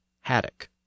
haddock